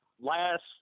last –